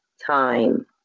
Time